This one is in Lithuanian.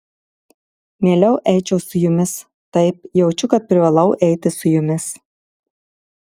mieliau eičiau su jumis taip jaučiu kad privalau eiti su jumis